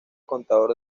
contador